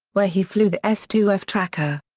where he flew the s two f tracker.